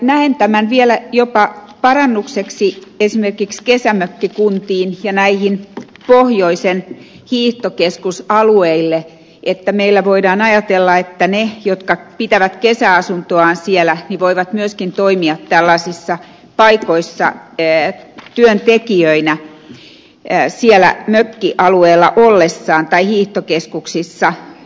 näen tämä vielä jopa parannukseksi esimerkiksi kesämökkikuntiin ja näille pohjoisen hiihtokeskusaluille että meillä voidaan ajatella että ne jotka pitävät kesäasuntoaan siellä voivat myöskin toimia tällaisissa paikoissa työntekijöinä siellä mökkialueella tai hiihtokeskuksissa ollessaan